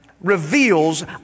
reveals